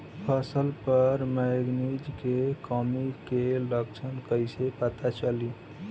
फसल पर मैगनीज के कमी के लक्षण कईसे पता चली?